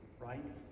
right